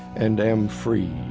and am free